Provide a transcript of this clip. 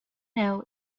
know